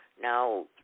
Now